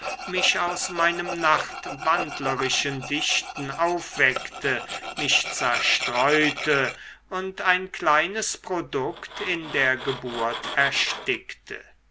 mich aus meinem nachtwandlerischen dichten aufweckte mich zerstreute und ein kleines produkt in der geburt erstickte